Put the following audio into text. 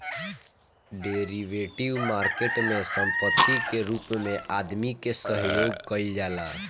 derivative market में संपत्ति के रूप में आदमी के सहयोग कईल जाला